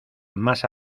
más